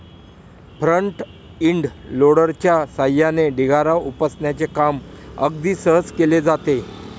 front end लोडरच्या सहाय्याने ढिगारा उपसण्याचे काम अगदी सहज केले जाते